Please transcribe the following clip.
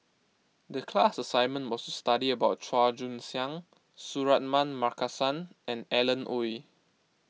the class assignment was to study about Chua Joon Siang Suratman Markasan and Alan Oei